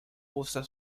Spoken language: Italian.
posta